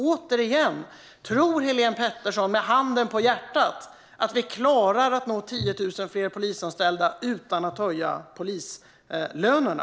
Återigen: Tror Helene Petersson, med handen på hjärtat, att vi klarar att nå målet om 10 000 fler polisanställda utan att höja polislönerna?